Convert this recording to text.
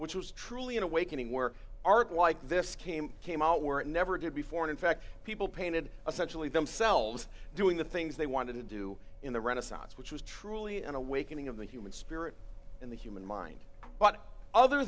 which was truly an awakening were art like this came came out where it never did before in fact people painted a sexually themselves doing the things they wanted to do in the renaissance which was truly an awakening of the human spirit in the human mind but other